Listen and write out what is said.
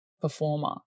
performer